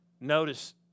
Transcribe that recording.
Notice